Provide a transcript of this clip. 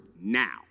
now